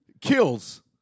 kills